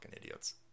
idiots